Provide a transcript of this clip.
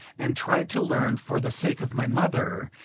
and tried to learn, for the sake of my mother,